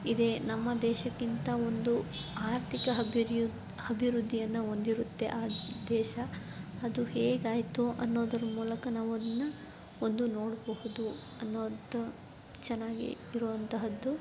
ಇದೆ ನಮ್ಮ ದೇಶಕ್ಕಿಂತ ಒಂದು ಆರ್ಥಿಕ ಹಭಿವೃ ಅಭಿವೃದ್ಧಿಯನ್ನು ಹೊಂದಿರುತ್ತೆ ಆ ದೇಶ ಅದು ಹೇಗಾಯಿತು ಅನ್ನೋದರ ಮೂಲಕ ನಾವು ಅದನ್ನು ಮೊದಲು ನೋಡಬಹುದು ಅನ್ನೋದು ಚೆನ್ನಾಗಿ ಇರುವಂತಹದ್ದು